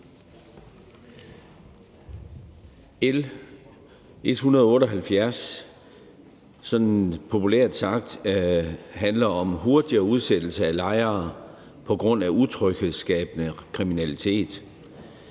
sådan populært sagt om hurtigere udsættelse af lejere på grund af utryghedsskabende kriminalitet.